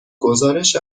گزارش